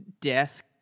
death